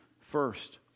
first